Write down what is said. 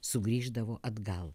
sugrįždavo atgal